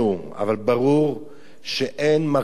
אבל ברור שאין מקום